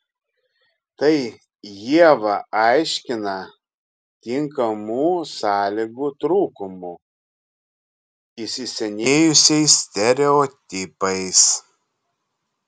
tai ieva aiškina tinkamų sąlygų trūkumu įsisenėjusiais stereotipais